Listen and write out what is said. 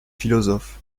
philosophes